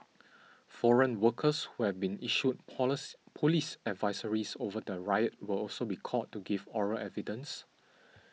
foreign workers who had been issued police police advisories over the riot will also be called to give oral evidence